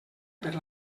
per